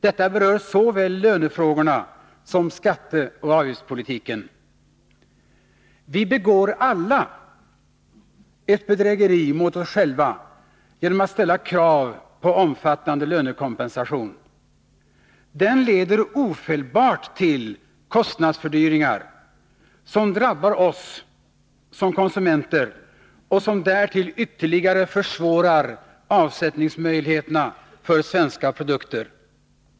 Detta berör såväl lönefrågorna som skatteoch avgiftspolitiken. Vi begår alla ett bedrägeri mot oss själva genom att ställa krav på omfattande lönekompensation. Den leder ofelbart till kostnadsfördyringar, som drabbar oss som konsumenter och som därtill ytterligare försvårar avsättningsmöjligheterna vad avser svenska produkter.